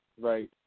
right